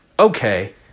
okay